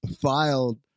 filed